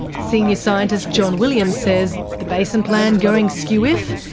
senior scientist john williams says, the basin plan going skew-whiff?